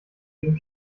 gegen